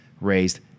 raised